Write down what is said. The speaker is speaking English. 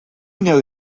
know